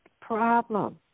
problem